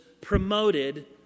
promoted